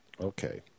Okay